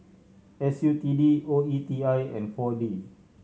S U T D O E T I and Four D